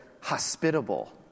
hospitable